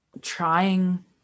Trying